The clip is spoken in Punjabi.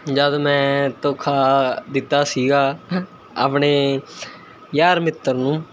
ਜਦ ਮੈਂ ਧੋਖਾ ਦਿੱਤਾ ਸੀਗਾ ਆਪਣੇ ਯਾਰ ਮਿੱਤਰ ਨੂੰ